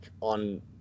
on